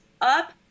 up